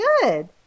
good